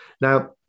Now